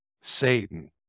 Satan